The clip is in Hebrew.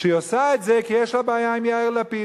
שהיא עושה את זה כי יש לה בעיה עם יאיר לפיד.